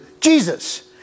Jesus